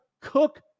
cook